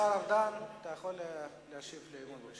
השר ארדן, אתה יכול להשיב על הצעת